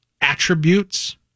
attributes